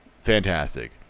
fantastic